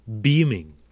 beaming